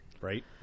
Right